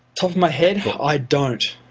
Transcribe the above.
top of my head? i don't.